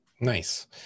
Nice